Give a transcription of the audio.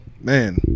man